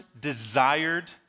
desired